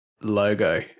logo